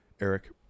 Eric